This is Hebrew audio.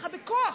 בכוח,